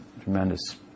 tremendous